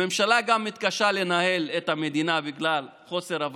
הממשלה גם מתקשה לנהל את המדינה בגלל חוסר הוודאות,